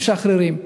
משחררים.